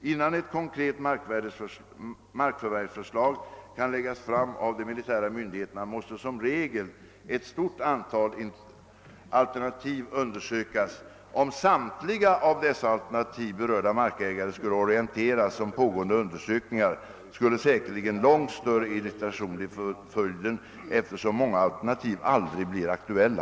Innan ett konkret markförvärvsförslag kan läggas fram av de militära myndigheterna måste som regel ett stort antal alternativ undersökas. Om samtliga av dessa alternativ berörda markägare skulle orienteras om pågående undersökningar skulle säkerligen långt större irritation bli följden eftersom många alternativ aldrig blir aktuella.